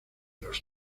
los